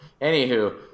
anywho